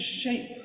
shape